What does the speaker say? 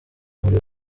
muri